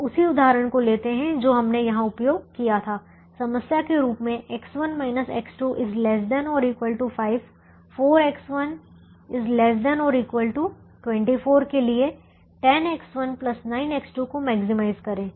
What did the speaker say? अब उसी उदाहरण को लेते हैं जो हमने यहां उपयोग किया था समस्या के रूप में X1 X2 ≤ 5 4X1 ≤ 24 के लिए 10X1 9X2 को मैक्सिमाइज करें